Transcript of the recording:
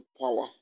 power